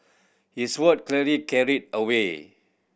his word clearly carried a weight